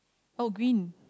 oh green